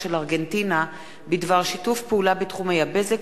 של ארגנטינה בדבר שיתוף פעולה בתחמי הבזק,